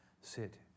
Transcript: sit